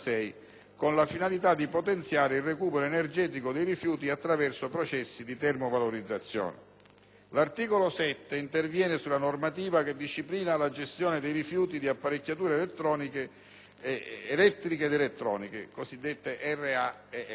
con la finalità di potenziare il recupero energetico dei rifiuti attraverso processi di termovalorizzazione. L'articolo 7 interviene sulla normativa che disciplina la gestione dei rifiuti di apparecchiature elettriche ed elettroniche (RAEE).